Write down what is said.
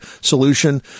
solution